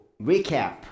recap